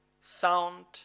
sound